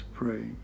pray